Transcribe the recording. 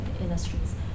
industries